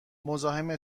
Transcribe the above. مزاحم